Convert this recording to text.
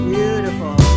Beautiful